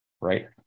right